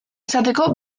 izateko